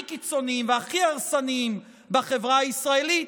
קיצוניים והכי הרסניים בחברה הישראלית,